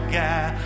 guy